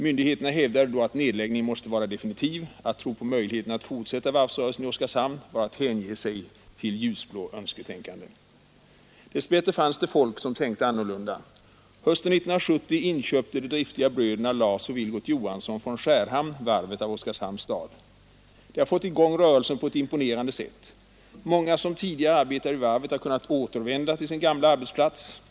Myndigheterna hävdade då att nedläggningen måste vara definitiv. Att tro på möjligheterna att fortsätta varvsrörelsen i Oskarshamn var att hänge sig åt önsketänkande. Dess bättre fanns det folk som tänkte annorlunda. Hösten 1970 inköpte de driftiga bröderna Lars och Vilgot Johansson från Skärhamn varvet av Oskarshamns stad. De har fått i gång rörelsen på ett imponerande sätt. Många som tidigare arbetade vid varvet har kunnat återvända till sin gamla arbetsplats.